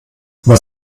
was